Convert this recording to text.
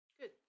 Good